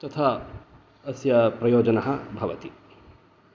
तथा अस्य प्रयोजनं भवति